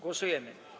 Głosujemy.